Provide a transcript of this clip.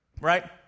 Right